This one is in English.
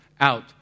out